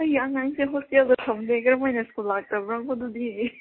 ꯑꯩ ꯑꯉꯥꯡꯁꯦ ꯍꯣꯁꯇꯦꯜꯗ ꯊꯝꯕꯤꯒ꯭ꯔ ꯃꯣꯏꯅ ꯁ꯭ꯀꯨꯜ ꯂꯥꯛꯇꯕ꯭ꯔꯥ ꯍꯪꯕꯗꯨꯗꯤ